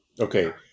Okay